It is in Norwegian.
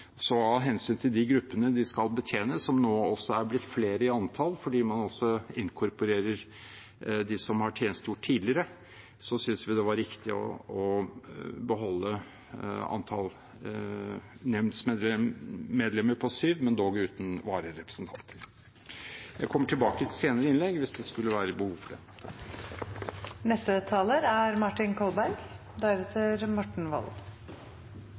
så av hensyn til de gruppene de skal betjene, som nå også er blitt flere i antall fordi man også inkorporerer dem som har tjenestegjort tidligere, synes vi det var riktig å beholde antall nemndsmedlemmer på syv, men dog uten vararepresentanter. Jeg kommer tilbake i et senere innlegg hvis det skulle være behov for det. Ombudsnemnda for Forsvaret er